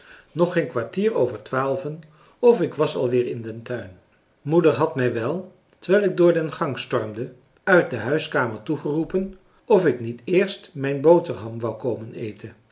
nog geen kwartier over twaalven of ik was al weer in den tuin moeder had mij wel terwijl ik door den gang stormde uit de huiskamer toegeroepen of ik niet eerst mijn boterham wou komen eten